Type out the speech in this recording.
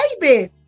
baby